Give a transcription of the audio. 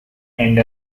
and